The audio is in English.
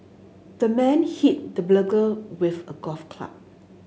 the man hit the burglar with a golf club